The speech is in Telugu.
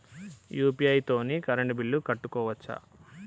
యూ.పీ.ఐ తోని కరెంట్ బిల్ కట్టుకోవచ్ఛా?